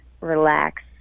relax